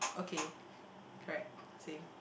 okay correct same